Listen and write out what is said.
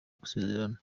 gusezerana